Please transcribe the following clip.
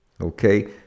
Okay